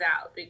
out